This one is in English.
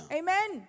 amen